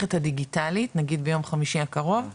מהמערכת הדיגיטלית, נגיד ביום חמישי הקרוב,